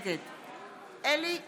נגד אלי כהן,